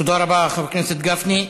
תודה רבה, חבר הכנסת גפני.